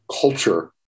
culture